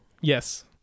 Yes